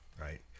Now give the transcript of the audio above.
Right